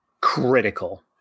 critical